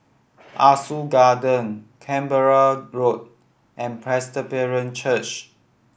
Ah Soo Garden Canberra Road and Presbyterian Church